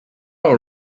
all